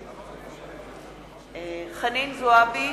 חנין זועבי